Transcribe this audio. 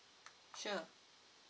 sure